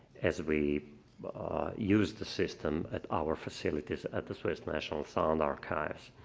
as we used the system at our facilities at the swiss national sound archives.